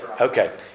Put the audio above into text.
okay